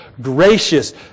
gracious